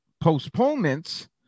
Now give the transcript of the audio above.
postponements